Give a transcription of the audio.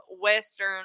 western